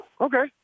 Okay